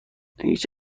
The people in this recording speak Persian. هیچ